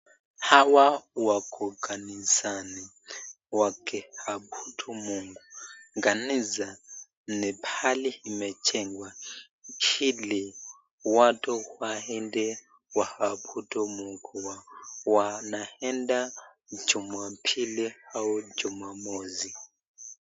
Hawa wako kanisani wakiabudu Mungu, kanisa ni pahali imechengwa hili watu waende waabudu Mungu wao wanaenda jumambili au jumomosi.